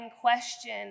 question